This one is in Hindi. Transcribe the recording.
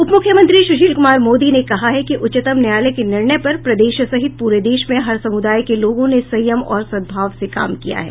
उपमुख्यमंत्री सुशील कुमार मोदी ने कहा है कि उच्चतम न्यायालय के निर्णय पर प्रदेश सहित पूरे देश में हर समुदाय के लोगों ने संयम और सद्भाव से काम किया है